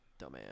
Dumbass